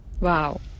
Wow